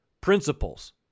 principles